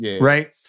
right